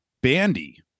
Bandy